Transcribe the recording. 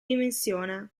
dimensione